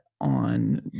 on